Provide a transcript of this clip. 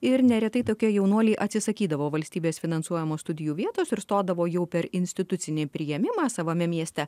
ir neretai tokie jaunuoliai atsisakydavo valstybės finansuojamų studijų vietos ir stodavo jau per institucinį priėmimą savame mieste